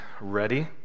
ready